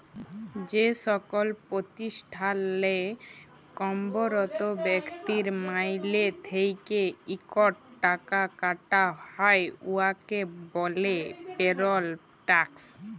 যেকল পতিষ্ঠালে কম্মরত ব্যক্তির মাইলে থ্যাইকে ইকট টাকা কাটা হ্যয় উয়াকে ব্যলে পেরল ট্যাক্স